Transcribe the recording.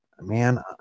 Man